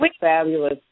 fabulous